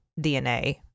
DNA